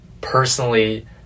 personally